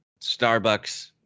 Starbucks